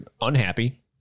unhappy